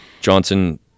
Johnson